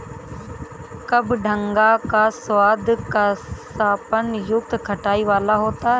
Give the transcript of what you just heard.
कबडंगा का स्वाद कसापन युक्त खटाई वाला होता है